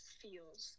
feels